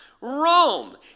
Rome